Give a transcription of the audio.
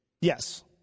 Yes